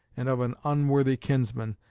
and of an unworthy kinsman,